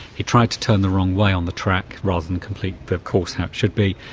he tried to turn the wrong way on the track, rather than complete the course how it should be,